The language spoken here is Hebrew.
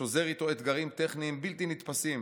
שוזר איתו אתגרים טכניים בלתי נתפסים